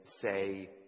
say